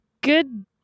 good